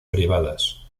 privadas